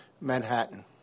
Manhattan